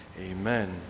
amen